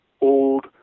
old